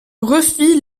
refit